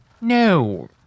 No